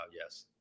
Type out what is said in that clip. yes